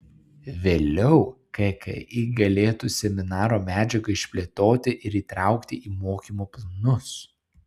vėliau kki galėtų seminaro medžiagą išplėtoti ir įtraukti į mokymo planus